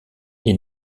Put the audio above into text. est